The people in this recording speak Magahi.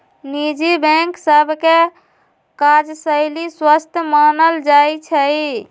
निजी बैंक सभ के काजशैली स्वस्थ मानल जाइ छइ